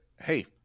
Hey